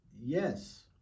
Yes